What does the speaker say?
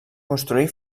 construir